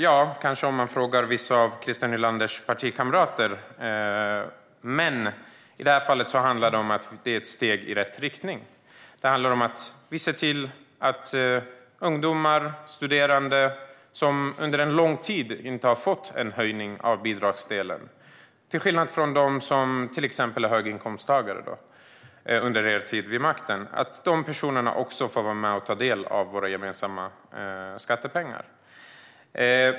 Ja, kanske om man frågar vissa av Christer Nylanders partikamrater. I det här fallet handlar det om det är ett steg i rätt riktning. Det handlar om att vi ser till att ungdomar, studerande, som under en lång tid inte har fått en höjning av bidragsdelen också får ta del av våra gemensamma skattepengar, till skillnad från vid er tid vid makten när det gäller till exempel dem som är höginkomsttagare.